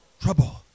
Trouble